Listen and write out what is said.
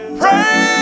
pray